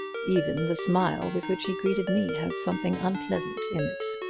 even the smile with which he greeted me had something unpleasant in it.